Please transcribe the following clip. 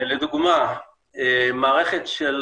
לדוגמה מערכת של